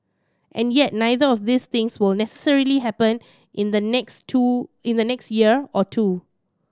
and yet neither of these things will necessarily happen in the next two in the next year or two